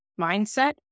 mindset